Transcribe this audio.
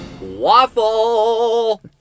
Waffle